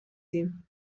دهیم